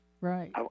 right